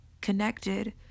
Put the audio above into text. Connected